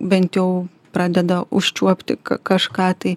bent jau pradeda užčiuopti kažką tai